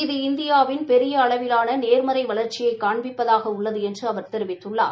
இது இந்தியாவின் பெரிய அளவிலான நேர்மறை வளர்ச்சியை காண்பிப்பதாக உள்ளது என்று அவர் தெரிவித்துள்ளார்